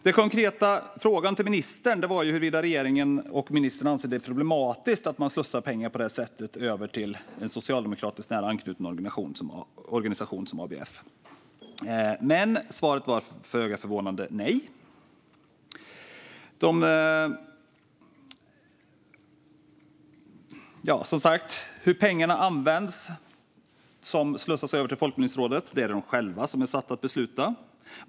Den konkreta frågan till ministern var huruvida regeringen och ministern anser att det är problematiskt att man slussar pengar på det sättet över till en socialdemokratiskt nära anknuten organisation som ABF. Men svaret var föga förvånande nej. Hur pengarna används som slussas över till Folkbildningsrådet är det självt satt att besluta.